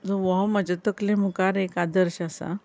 हो म्हजे तकले मुखार एक आदर्श आसा